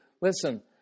Listen